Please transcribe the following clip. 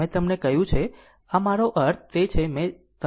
મેં તમને કહ્યું છે મારો અર્થ તે છે જે મેં તમને કહ્યું છે